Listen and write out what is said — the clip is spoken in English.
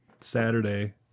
Saturday